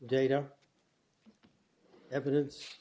data evidence